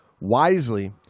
Wisely